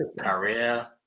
career